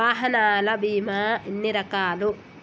వాహనాల బీమా ఎన్ని రకాలు?